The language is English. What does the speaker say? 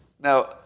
Now